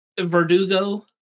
verdugo